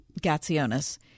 Gatsionis